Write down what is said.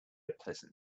pleasant